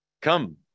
come